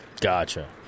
Gotcha